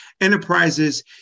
Enterprises